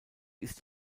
ist